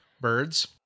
birds